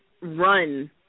run